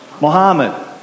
Muhammad